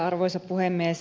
arvoisa puhemies